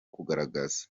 kugaragaza